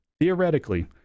theoretically